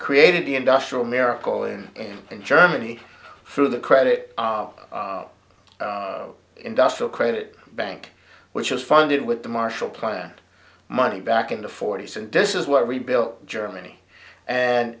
created the industrial miracle in him in germany through the credit of the industrial credit bank which was funded with the marshall plan money back in the forty's and this is what rebuilt germany and